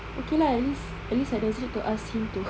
okay lah at least at least I just need to ask him to